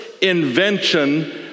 invention